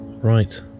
Right